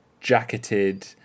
jacketed